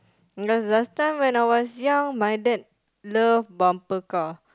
because last time when I was young my dad love bumper car